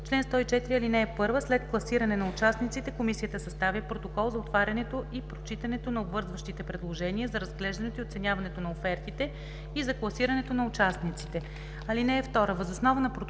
„Чл. 104. (1) След класиране на участниците комисията съставя протокол за отварянето и прочитането на обвързващите предложения, за разглеждането и оценяването на офертите и за класирането на участниците. (2) Въз основа на протокола